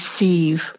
receive